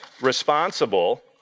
responsible